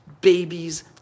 babies